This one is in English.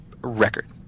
record